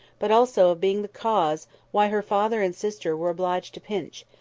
but also of being the cause why her father and sister were obliged to pinch,